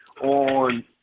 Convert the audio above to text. on